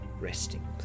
resting